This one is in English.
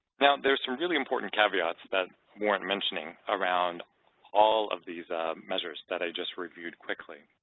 now, there's some really important caveats that warrant mentioning around all of these measures that i just reviewed quickly.